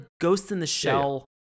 ghost-in-the-shell